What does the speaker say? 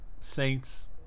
Saints